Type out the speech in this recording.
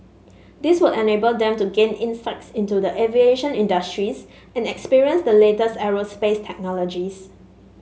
this would enable them to gain insights into the aviation industries and experience the latest aerospace technologies